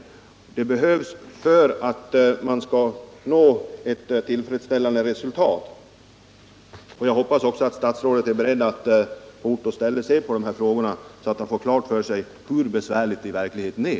Det behövs för att man skall få en tillfredsställande fastighetsstruktur i länet. Jag hoppas också att statsrådet är beredd att på ort och ställe se på dessa frågor, så han får klart för sig hur besvärligt det i verkligheten är.